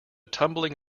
tumbling